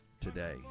today